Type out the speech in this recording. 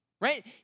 right